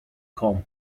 com